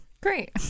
Great